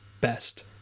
best